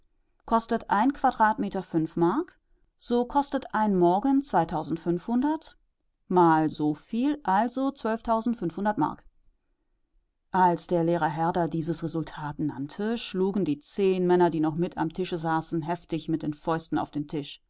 kostet ein quadratmeter fünf mark so kostet ein morgen so viel also mark als der lehrer herder dieses resultat nannte schlugen die zehn männer die noch mit am tische saßen heftig mit den fäusten auf den tisch